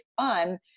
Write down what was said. fun